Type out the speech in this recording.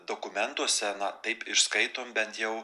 dokumentuose na taip išskaitom bent jau